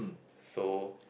so